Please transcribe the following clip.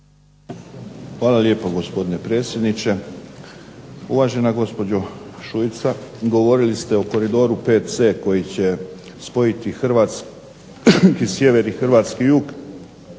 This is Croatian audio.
Hvala lijepo gospodine predsjedniče. Uvažena gospođo Šuica govorili ste o Koridoru VC koji će spojiti hrvatski sjever i hrvatski jug